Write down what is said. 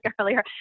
earlier